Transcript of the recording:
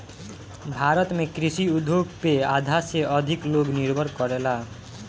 भारत में कृषि उद्योग पे आधा से अधिक लोग निर्भर करेला